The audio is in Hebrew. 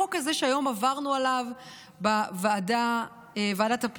החוק הזה שהיום עברנו עליו בוועדת הפנים,